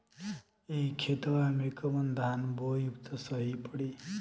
ए खेतवा मे कवन धान बोइब त सही पड़ी?